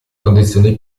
condizioni